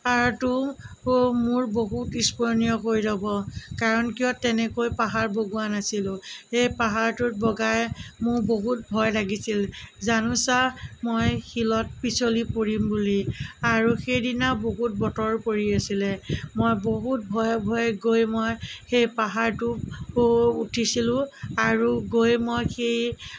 টো মোৰ বহুত স্মৰনীয় হৈ ৰ'ব কাৰণ কিয় তেনেকৈ পাহাৰ বগোৱা নাছিলোঁ সেই পাহাৰটোত বগাই মোৰ বহুত ভয় লাগিছিল জানোচা মই শিলত পিছলি পৰিম বুলি আৰু সেইদিনা বহুত বতৰ পৰি আছিলে মই বহুত ভয়ে ভয়ে গৈ মই সেই পাহাৰটো উঠিছিলোঁ আৰু গৈ মই সেই